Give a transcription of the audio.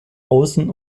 außen